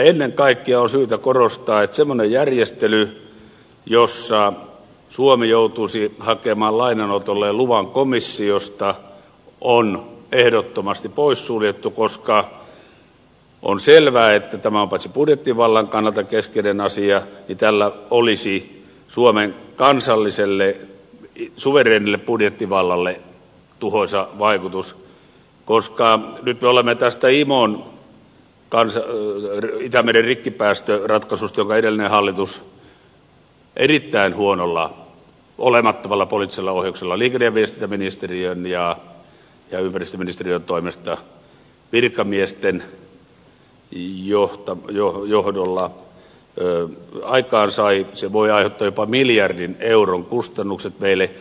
ennen kaikkea on syytä korostaa että semmoinen järjestely jossa suomi joutuisi hakemaan lainanotolleen luvan komissiosta on ehdottomasti poissuljettu koska on selvää että tämä on paitsi budjettivallan kannalta keskeinen asia tällä myös olisi suomen kansalliselle suvereenille budjettivallalle tuhoisa vaikutus koska nyt tämä imon itämeren rikkipäästöratkaisu jonka edellinen hallitus erittäin huonolla olemattomalla poliittisella ohjauksella liikenne ja viestintäministeriön ja ympäristöministeriön toimesta virkamiesten johdolla sai aikaan voi aiheuttaa jopa miljardin euron kustannukset meille